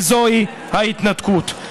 וזוהי ההתנתקות.